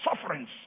sufferings